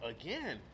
again